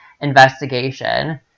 investigation